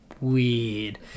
weird